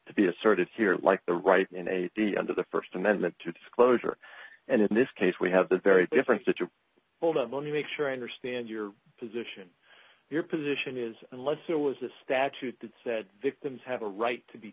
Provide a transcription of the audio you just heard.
to be asserted here like the right under the st amendment to disclosure and in this case we have the very different such a hold on let me make sure i understand your position your position is unless there was a statute that said victims have a right to be